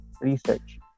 Research